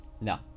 No